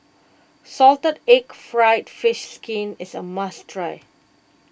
Salted Egg Fried Fish Skin is a must try